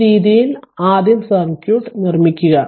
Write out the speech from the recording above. ഈ രീതിയിൽ ആദ്യം സർക്യൂട്ട് നിർമ്മിക്കുക